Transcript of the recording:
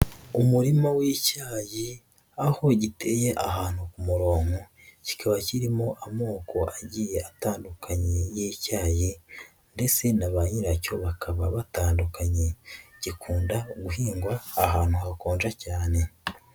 Umurima w'icyayi aho giteye ahantu ku murongo, kikaba kirimo amoko agiye atandukanye y'icyayi ndetse na ba nyiracyo bakaba batandukanye, gikunda guhingwa ahantu hakonja cyane.